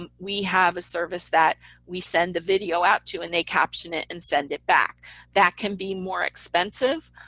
um we have a service that we send the video out to and they caption it and send it back that can be more expensive.